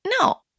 No